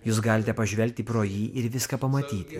jūs galite pažvelgti pro jį ir viską pamatyti